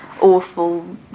awful